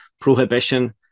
prohibition